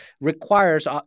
requires